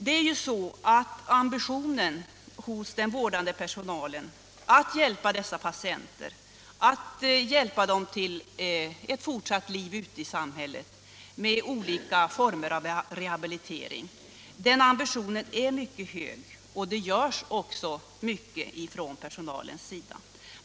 Det är ju så att ambitionen hos den vårdande personalen att hjälpa patienterna till ett fortsatt liv ute i samhället genom olika former av rehabilitering är mycket hög, och det görs också mycket från personalens sida.